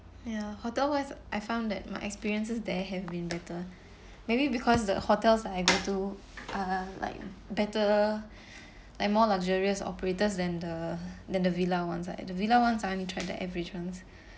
ya hotel wise I found that my experiences there have been better maybe because the hotels like I go to (uh)like better like more luxurious operators than the then the villa ones like the villa ones I've only tried the average ones